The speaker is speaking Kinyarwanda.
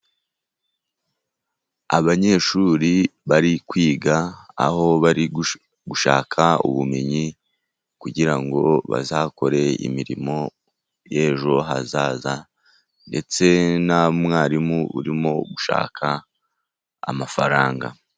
Abanyeshuri bari kwiga, aho bari gushaka ubumenyi, kugira ngo bazakore imirimo y'ejo hazaza, ndetse na mwarimu urimo gushaka amafaranga.